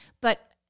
but-